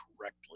correctly